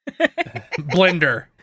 Blender